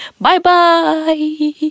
Bye-bye